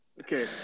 okay